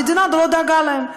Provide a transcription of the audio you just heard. המדינה לא דאגה להם.